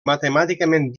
matemàticament